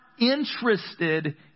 interested